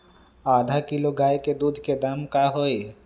आधा किलो गाय के दूध के का दाम होई?